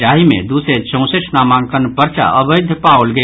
जाहि मे दू सय चौंसठि नामांकन पर्चा अवैध पाओल गेल